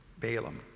Balaam